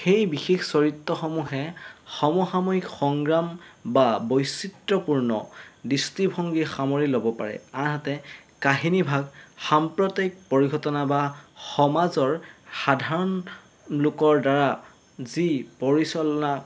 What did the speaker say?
সেই বিশেষ চৰিত্ৰসমূহে সমসাময়িক সংগ্ৰাম বা বৈচিত্ৰপূৰ্ণ দৃষ্টিভংগী সামৰি ল'ব পাৰে আনহাতে কাহিনীভাগ সাম্প্ৰতায়িক পৰিঘটনা বা সমাজৰ সাধাৰণ লোকৰ দ্বাৰা যি পৰিচালনা